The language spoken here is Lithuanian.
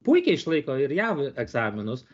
puikiai išlaiko ir jav egzaminus